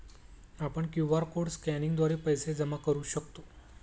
आपण QR code स्कॅनिंगद्वारे पैसे जमा करू शकतो